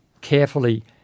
carefully